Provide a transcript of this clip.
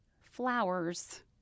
flowers